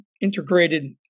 integrated